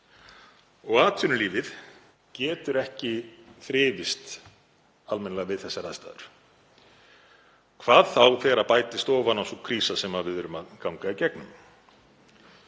Atvinnulífið getur ekki þrifist almennilega við þessar aðstæður, hvað þá þegar bætist ofan á sú krísa sem við erum að ganga í gegnum.